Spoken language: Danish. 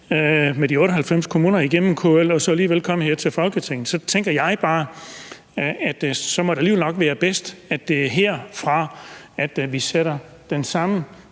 med de 98 kommuner igennem KL, men så alligevel komme her til Folketinget? Så tænker jeg, at det så alligevel må være bedst, at det er herfra, vi sætter den samme